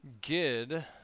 gid